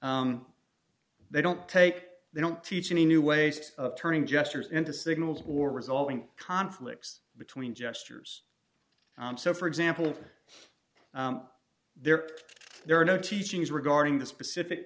they don't take they don't teach any new ways of turning gestures into signals war resulting conflicts between gestures so for example there there are no teachings regarding the specific